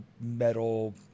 metal